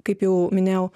kaip jau minėjau